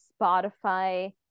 Spotify